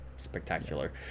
Spectacular